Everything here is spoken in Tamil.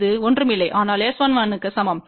இது ஒன்றுமில்லை ஆனால் S11க்கு சமம்